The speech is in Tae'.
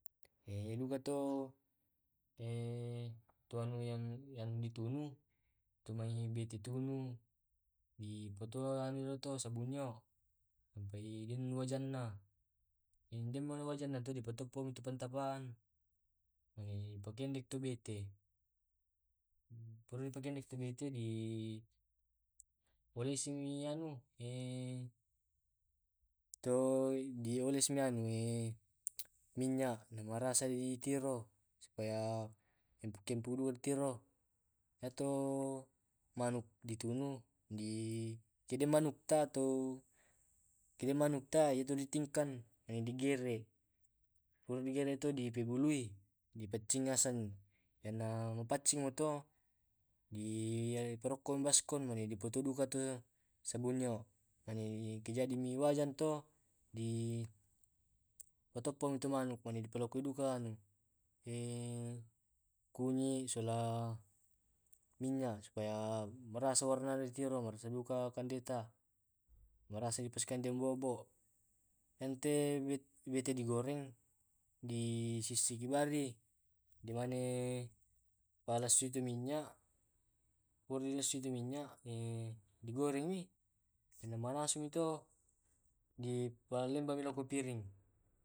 Eh duka to tu anu tu yang yang di tunu tu mae bete tunu, di patoa amioto sabunyo ampai den wajana, na den wajanna tu di patoppo itu pantama di pakende tu bete. Puratu pakende bete, di walisimmi anu to di olesimi anu minyak nama rasai di tiro supaya makempudu di tiro. Ato manuk di tunu, di kedek manukta tau kede manukta yatu di tingkang mane di gere. Pura di gere to di pebului, di paccingasan, yana mapaccing ma to di parokkomi baskon, mane di patuduka to eh sabunnyo mane di kejadimi wajan to. Di patoppomi tu manuk na di palodukuka anu kunyi, sola minya supaya marasa warnana di tiro marasa duka kande ta. Marasa di pasikande bobo, mane te bete di goreng, di sisiki bari di mane balasui tu minya. Purai palassuiki tu minyak di goreng mi manasumi to di palembami lao ko piring.